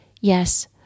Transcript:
Yes